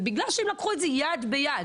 בגלל שהם לקחו את זה יד ביד.